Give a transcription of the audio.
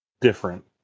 different